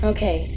Okay